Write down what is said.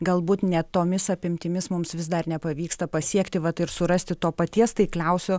galbūt ne tomis apimtimis mums vis dar nepavyksta pasiekti vat ir surasti to paties taikliausio